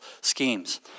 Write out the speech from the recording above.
schemes